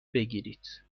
بگیرید